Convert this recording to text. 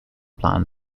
plan